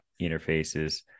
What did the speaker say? interfaces